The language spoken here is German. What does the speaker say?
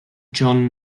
john